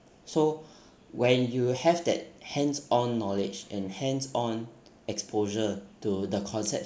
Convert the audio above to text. so when you have that hands on knowledge and hands on exposure to the concept